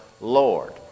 Lord